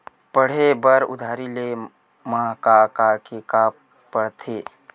पढ़े बर उधारी ले मा का का के का पढ़ते?